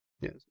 Yes